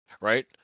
Right